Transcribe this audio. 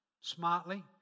smartly